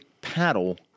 paddle